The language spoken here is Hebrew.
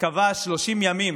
קבע היום 30 ימים